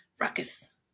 ruckus